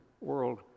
world